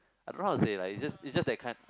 I don't know how to say lah it's just it's just that kind